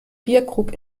bierkrug